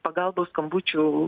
pagalbos skambučių